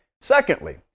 Secondly